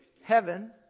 heaven